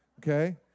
Okay